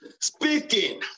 speaking